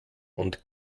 und